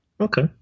Okay